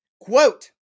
Quote